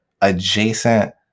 adjacent